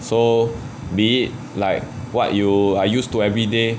so be it like what you are used to everyday